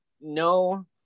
no